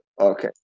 Okay